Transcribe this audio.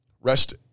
Rest